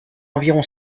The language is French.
environ